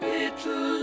Little